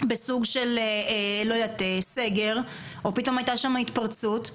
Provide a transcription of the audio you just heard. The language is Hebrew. בסוג של סגר או פתאום היתה שמה התפרצות,